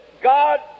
God